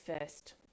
first